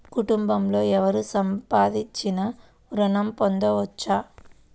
కుటుంబంలో ఎవరు సంపాదించినా ఋణం పొందవచ్చా?